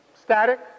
static